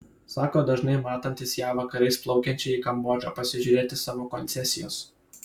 sako dažnai matantis ją vakarais plaukiančią į kambodžą pasižiūrėti savo koncesijos